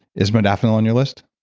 is modafinil on your list?